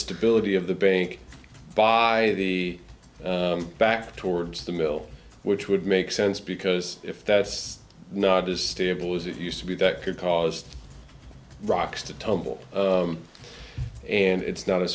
stability of the bank by the back towards the mill which would make sense because if that's not as stable as it used to be that could cause rocks to tumble and it's not a